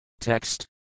Text